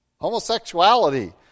homosexuality